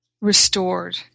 restored